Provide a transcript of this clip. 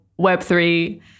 Web3